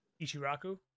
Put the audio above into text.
Ichiraku